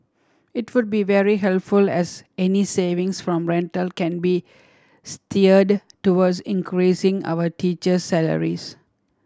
it would be very helpful as any savings from rental can be steered towards increasing our teacher salaries